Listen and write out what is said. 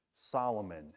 Solomon